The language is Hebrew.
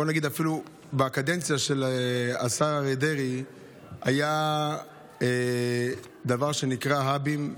בקדנציה של השר אריה דרעי היה דבר שנקרא "האבים".